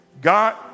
God